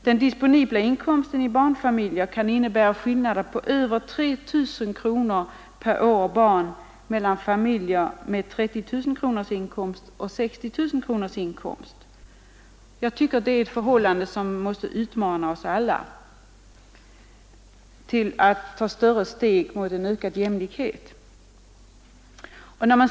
Den disponibla inkomsten i barnfamiljer kan innebära skillnader på över 3 000 kronor per år och barn mellan familjer med 30 000 kronors inkomst och familjer med 60 000 kronors inkomst. Detta förhållande måste utmana oss alla att ta större steg mot ökad jämlikhet.